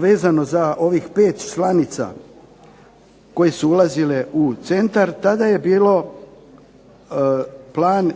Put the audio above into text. vezano za ovih 5 članica koje su ulazile u centar, tada je bio